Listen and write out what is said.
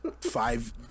five